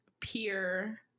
peer